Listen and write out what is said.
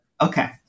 Okay